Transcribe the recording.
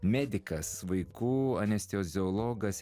medikas vaikų anesteziologas